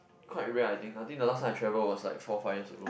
quite rare I think I think the last time I traveled was like four five years ago